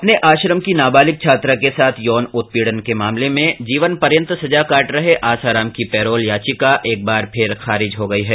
अपने आश्रम की नाबालिग छात्रा के साथ यौन उत्पीडन के मामले में जीवनपर्यत सजा काट रहे आसाराम की पैरोल याचिका एक बार फिर खारिज हो गई है